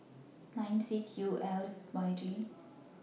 nine six U L Y G